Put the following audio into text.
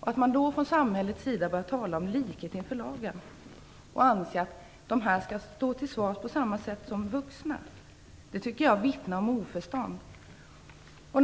Att man då från samhällets sida börjar tala om likhet inför lagen och anse att de bör stå till svars på samma sätt som vuxna vittnar om oförstånd, tycker jag.